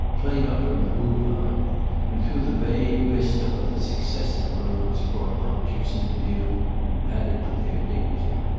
played up from the boulevard and, through the vague vista of the successive rooms, brought objects into view and added to their dignity.